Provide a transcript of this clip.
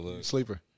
Sleeper